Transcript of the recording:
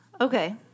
Okay